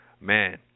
man